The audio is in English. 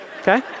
Okay